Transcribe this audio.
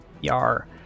Yar